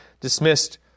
dismissed